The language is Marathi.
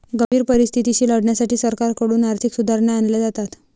गंभीर परिस्थितीशी लढण्यासाठी सरकारकडून आर्थिक सुधारणा आणल्या जातात